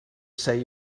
say